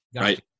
right